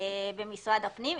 במשרד הפנים,